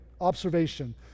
observation